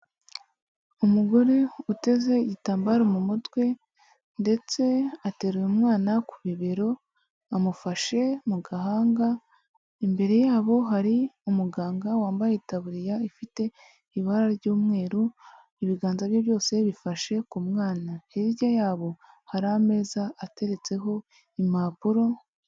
Umugore uteze igitambaro mu mutwe ndetse ateruye umwana ku bibero, amufashe mu gahanga, imbere yabo hari umuganga wambaye itaburiya ifite ibara ry'umweru, ibiganza bye byose bifashe ku mwana, hirya yabo hari ameza ateretseho impapuro...